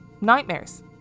Nightmares